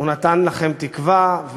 הוא נתן לכם תקווה,